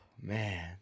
man